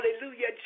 Hallelujah